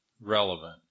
relevant